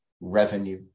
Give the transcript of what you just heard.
revenue